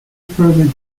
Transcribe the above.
pyramid